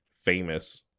Famous